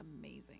amazing